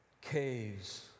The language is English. caves